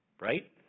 right